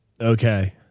Okay